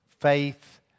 faith